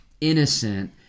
innocent